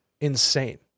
insane